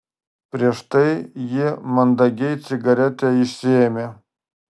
prieš tai ji mandagiai cigaretę išsiėmė